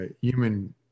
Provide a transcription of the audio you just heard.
human